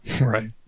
Right